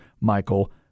Michael